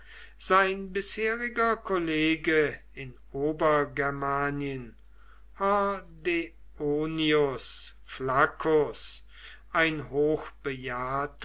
sein bisheriger kollege in obergermanien hordeonius flaccus ein